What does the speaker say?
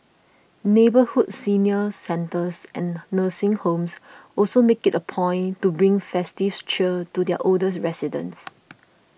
neighbourhood senior centres and nursing homes also make it a point to bring festive cheer to their older residents